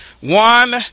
One